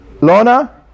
Lorna